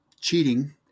cheating